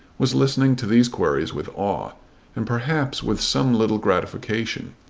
was listening to these queries with awe and perhaps with some little gratification,